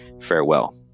farewell